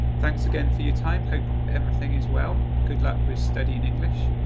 thanks again for your time, hope everything is well. good luck for studying english.